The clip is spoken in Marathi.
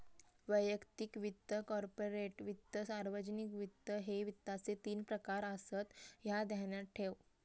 वैयक्तिक वित्त, कॉर्पोरेट वित्त, सार्वजनिक वित्त, ह्ये वित्ताचे तीन प्रकार आसत, ह्या ध्यानात ठेव